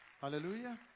Hallelujah